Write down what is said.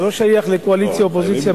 וזה לא שייך לקואליציה ואופוזיציה,